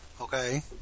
Okay